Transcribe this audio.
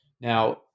Now